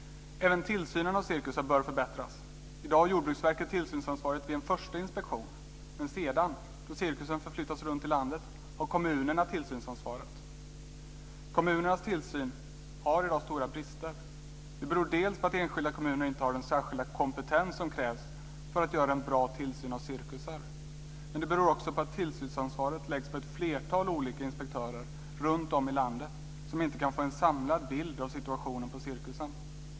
Även tillsynen av cirkusen bör förbättras. I dag har Jordbruksverket tillsynsansvaret vid en första inspektion. Sedan, då cirkusen flyttas runt i landet, har kommunerna tillsynsansvaret. Kommunernas tillsyn har i dag stora brister. Det beror dels på att enskilda kommuner inte har den särskilda kompetens som krävs för att ha bra tillsyn av cirkusar, dels på att tillsynsansvaret läggs på ett flertal olika inspektörer runtom i landet som inte kan få en samlad bild av situationen på cirkusarna.